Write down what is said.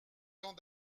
temps